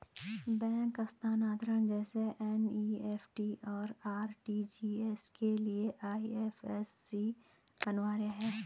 bank हस्तांतरण जैसे NEFT, और आर.टी.जी.एस के लिए आई.एफ.एस.सी अनिवार्य है